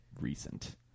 recent